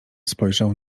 spojrzał